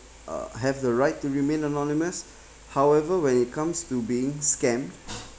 uh have the right to remain anonymous however when it comes to being scammed